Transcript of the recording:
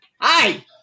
Hi